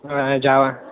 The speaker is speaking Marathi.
हां जावा